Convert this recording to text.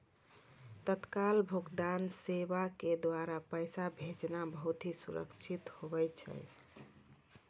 तत्काल भुगतान सेवा के द्वारा पैसा भेजना बहुत ही सुरक्षित हुवै छै